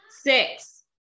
Six